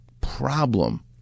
problem